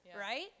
right